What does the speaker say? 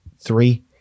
Three